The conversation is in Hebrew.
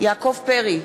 יעקב פרי,